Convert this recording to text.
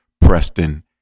Preston